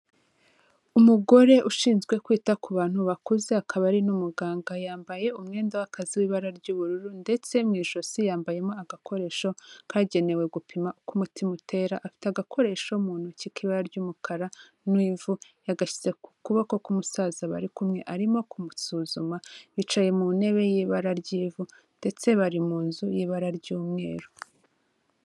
Umugore ushinzwe kwita ku bantu bakuze, akaba ari n'umuganga, yambaye umwenda w'akazi w'ibara ry'ubururu, ndetse mu ijosi yambayemo agakoresho kagenewe gupima uko umutima utera, afite agakoresho mu ntoki k'ibara ry'umukara n'ivu, yagashyize ku kuboko k'umusaza bari kumwe arimo kumusuzuma, bicaye mu ntebe y'ibara ry'ivu, ndetse bari mu nzu y'ibara ry'umweru.